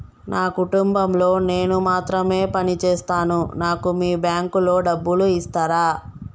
నా కుటుంబం లో నేను మాత్రమే పని చేస్తాను నాకు మీ బ్యాంకు లో డబ్బులు ఇస్తరా?